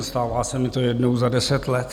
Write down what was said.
Stává se mi to jednou za deset let.